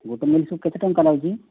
ଗୋଟେ ମିଲ୍ସକୁ କେତେ ଟଙ୍କା ନେଉଛି